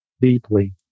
deeply